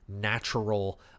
natural